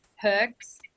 perks